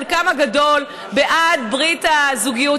חלקם הגדול בעד ברית הזוגיות.